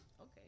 Okay